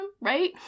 right